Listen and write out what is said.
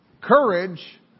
Courage